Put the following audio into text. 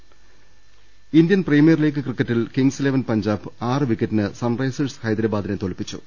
രദേഷ്ടെടു Indian Premier League ക്രിക്കറ്റിൽ Kings Eleven Punjab ആറുവി ക്കറ്റിന് സൺറൈസേഴ്സ് ഹൈദരാബാദിനെ തോൽപ്പിച്ചു